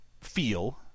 feel